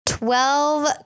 Twelve